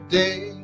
day